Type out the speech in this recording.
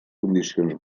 condicions